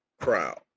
crowd